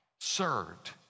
served